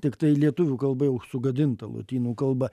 tiktai lietuvių kalba jau sugadinta lotynų kalba